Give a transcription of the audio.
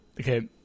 okay